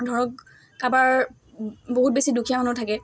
ধৰক কাৰোবাৰ বহুত বেছি দুখীয়া মানুহো থাকে